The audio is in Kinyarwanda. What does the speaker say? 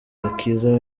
agakiza